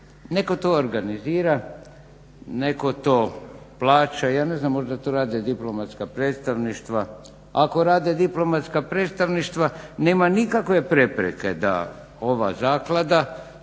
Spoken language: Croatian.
Neko to organizira, neto to plaća. Ja ne znam možda to rade diplomatska predstavništva. Ako rade diplomatska predstavništva nema nikakve prepreke da ova zaklada